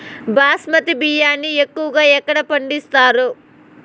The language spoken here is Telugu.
బాస్మతి బియ్యాన్ని ఎక్కువగా ఎక్కడ పండిస్తారు?